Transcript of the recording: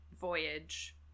voyage